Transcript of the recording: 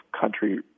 country